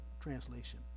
translation